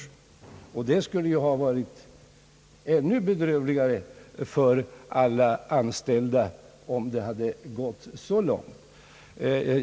I fallet Hägglund & Söner skulle det ha varit ännu bedrövligare för de anställda om det hade gått så långt.